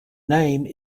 name